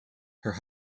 her